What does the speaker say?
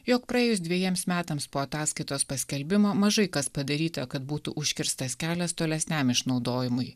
jog praėjus dvejiems metams po ataskaitos paskelbimo mažai kas padaryta kad būtų užkirstas kelias tolesniam išnaudojimui